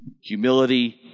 Humility